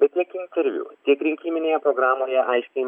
bet tiek interviu tiek rinkiminėje programoje aiškiai